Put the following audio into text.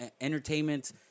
entertainment